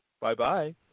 Bye-bye